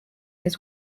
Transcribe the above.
his